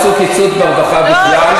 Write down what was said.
לא עשו קיצוץ ברווחה בכלל.